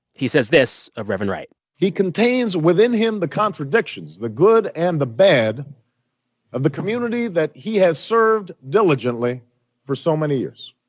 he says this of reverend wright he contains within him the contradictions, the good and the bad of the community that he has served diligently diligently for so many years.